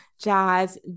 jazz